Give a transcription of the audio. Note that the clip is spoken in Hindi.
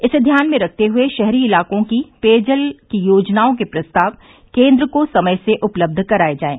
इसे ध्यान में रखते हुए शहरी इलाकों की पेयजल की योजनाओं के प्रस्ताव केन्द्र को समय से उपलब्ध कराए जाएं